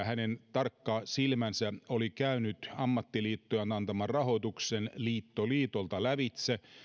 hänen tarkka silmänsä oli käynyt ammattiliittojen antaman rahoituksen liitto liitolta lävitse